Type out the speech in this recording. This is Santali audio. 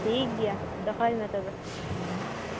ᱴᱷᱤᱠᱜᱮᱭᱟ ᱫᱚᱦᱚᱭᱢᱮ ᱛᱚᱵᱮ